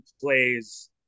plays